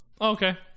Okay